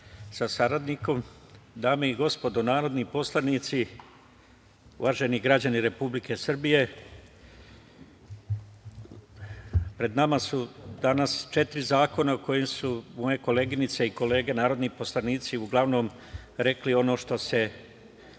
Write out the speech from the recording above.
sa saradnikom, dame i gospodo narodni poslanici, uvaženi građani Republike Srbije, pred nama su danas četiri zakona o kojima su moje koleginice i kolege, narodni poslanici, uglavnom rekli ono što se